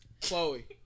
Chloe